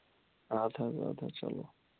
اَدٕ حظ اَدٕ حظ چلو